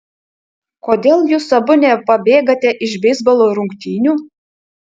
kodėl jūs abu nepabėgate iš beisbolo rungtynių